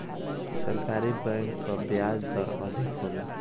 सरकारी बैंक कअ बियाज दर अधिका होला